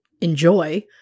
enjoy